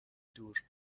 دور